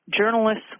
journalists